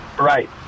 right